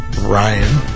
Ryan